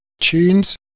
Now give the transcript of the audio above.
tunes